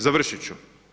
Završit ću.